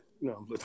No